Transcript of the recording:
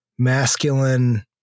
masculine